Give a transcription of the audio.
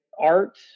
art